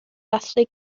dathlu